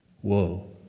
Whoa